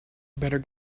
better